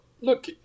look